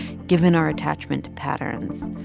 given our attachment to patterns.